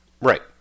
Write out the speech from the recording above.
right